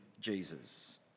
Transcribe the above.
Jesus